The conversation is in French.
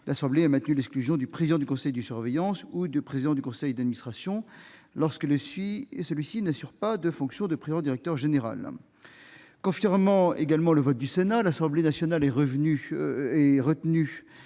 Elle a maintenu l'exclusion du président du conseil de surveillance et du président du conseil d'administration lorsque ce dernier n'assume pas la fonction de président-directeur général. Confirmant le vote du Sénat, l'Assemblée nationale est revenue